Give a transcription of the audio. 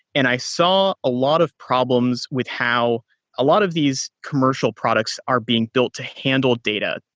and i saw a lot of problems with how a lot of these commercial products are being built to handle data.